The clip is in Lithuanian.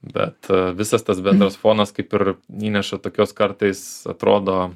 bet visas tas bendras fonas kaip ir įneša tokios kartais atrodo